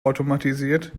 automatisiert